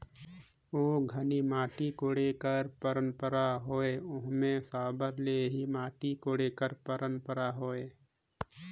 ओ घनी माटी कोड़े कर पंरपरा होए ओम्हे साबर ले ही माटी कोड़े कर परपरा होए